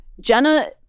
jenna